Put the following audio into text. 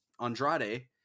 Andrade